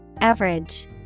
Average